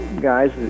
guys